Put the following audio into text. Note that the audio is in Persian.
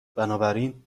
بنابراین